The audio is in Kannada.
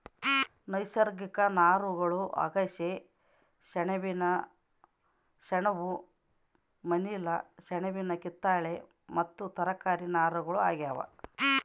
ನೈಸರ್ಗಿಕ ನಾರುಗಳು ಅಗಸೆ ಸೆಣಬಿನ ಸೆಣಬು ಮನಿಲಾ ಸೆಣಬಿನ ಕತ್ತಾಳೆ ಮತ್ತು ತರಕಾರಿ ನಾರುಗಳು ಆಗ್ಯಾವ